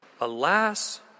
Alas